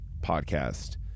podcast